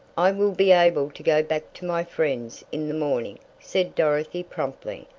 i will be able to go back to my friends in the morning, said dorothy promptly.